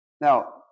Now